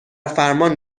فرمان